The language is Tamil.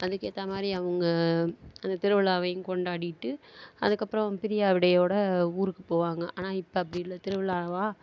அதுக்கேற்ற மாதிரி அவங்க அந்த திருவிழாவையும் கொண்டாடிவிட்டு அதுக்கப்புறம் பிரியாவிடையோடு ஊருக்கு போவாங்க ஆனால் இப்போ அப்படி இல்லை திருவிழாவா